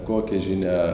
kokią žinią